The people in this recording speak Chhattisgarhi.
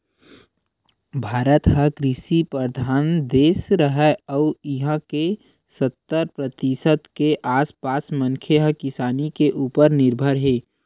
भारत ह कृषि परधान देस हरय अउ इहां के सत्तर परतिसत के आसपास मनखे ह किसानी के उप्पर निरभर हे